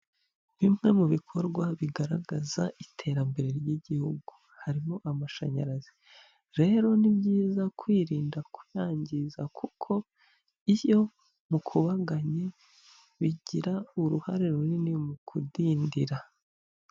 Bimwe mu bikorwa bigaragaza iterambere ry'igihugu harimo amashanyarazi, rero ni byiza kwirinda kuyangiza kuko iyo mukubaganye bigira uruhare runini mu kudindira.